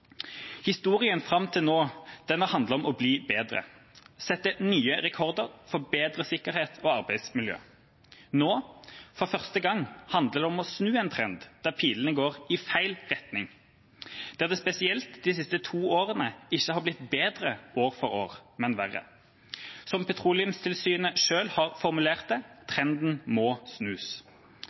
Historien fram til nå har handlet om å bli bedre, sette nye rekorder for bedre sikkerhet og arbeidsmiljø. Nå, for første gang, handler det om å snu en trend der pilene går i feil retning, der det spesielt de siste to årene ikke har blitt bedre år for år, men verre. Som Petroleumstilsynet selv har formulert det: «Trenden skal snus».